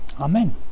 amen